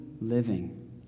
living